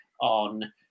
on